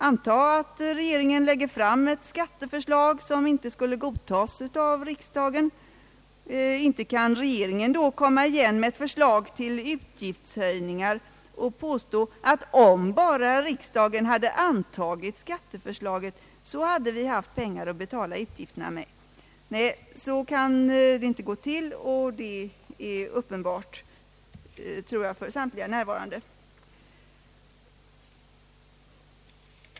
Antag att regeringen lägger fram ett skatteförslag som inte skulle godtas av riksdagen, inte kan regeringen då komma igen med ett förslag till utgiftshöjningar och påstå att om bara riksdagen hade antagit skatteförslaget så hade vi haft pengar att betala utgifterna med. Nej, så kan det inte gå till, och det tror jag är uppenbart för samtliga närvarande.